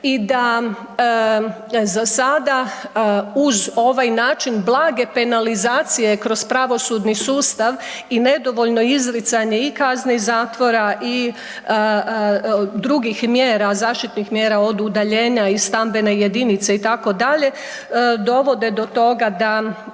i da za sada uz ovaj način blage penalizacije kroz pravosudni sustav i nedovoljno izricanje i kazni zatvora i drugih mjera zaštitnih mjera od udaljenja iz stambene jedinice itd. dovode do toga da